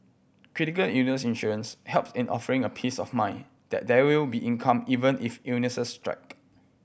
critical illness insurance help in offering a peace of mind that there will be income even if illnesses strike